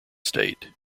state